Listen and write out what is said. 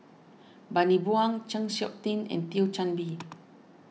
Bani Buang Chng Seok Tin and Thio Chan Bee